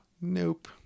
nope